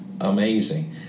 amazing